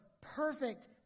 perfect